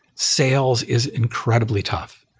sales is incredibly tough.